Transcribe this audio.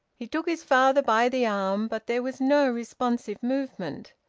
he took his father by the arm, but there was no responsive movement.